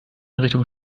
richtung